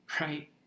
right